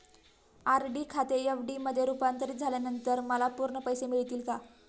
RD खाते FD मध्ये रुपांतरित झाल्यानंतर मला पूर्ण पैसे मिळतील का?